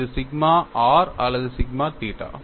இது sigma r அல்லது sigma theta